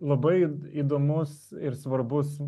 labai įdomus ir svarbus